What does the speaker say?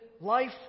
life